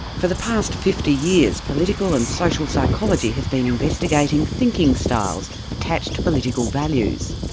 for the past fifty years political and social psychology has been investigating thinking styles attached to political values.